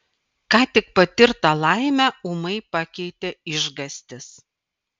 ką tik patirtą laimę ūmai pakeitė išgąstis